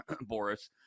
Boris